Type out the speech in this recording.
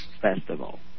Festival